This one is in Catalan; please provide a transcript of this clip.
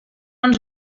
ens